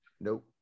nope